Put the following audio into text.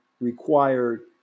required